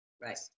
Right